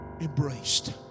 embraced